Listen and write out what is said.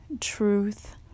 truth